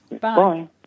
Bye